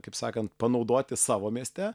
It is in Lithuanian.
kaip sakant panaudoti savo mieste